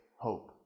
hope